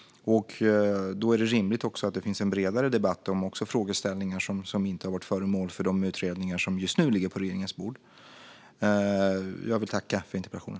Då är det rimligt att det finns en bredare debatt också om frågeställningar som inte har varit föremål för de utredningar som just nu ligger på regeringens bord. Jag vill tacka för interpellationen.